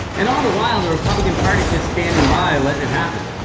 and all the while the republican party is just standing by, letting it happen.